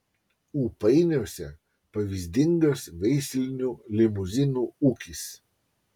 ūpainiuose pavyzdingas veislinių limuzinų ūkis